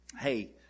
hey